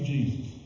Jesus